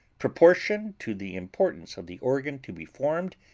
proportioned to the importance of the organ to be formed,